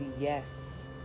yes